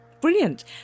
Brilliant